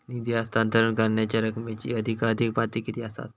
निधी हस्तांतरण करण्यांच्या रकमेची अधिकाधिक पातळी किती असात?